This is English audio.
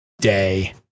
day